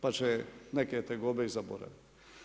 Pa će neke tegobe i zaboraviti.